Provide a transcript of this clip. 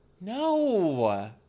No